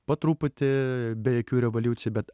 po truputį be jokių revoliucijų bet